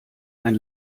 ein